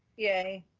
yay,